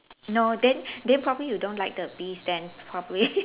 no then then probably you don't like the bees then probably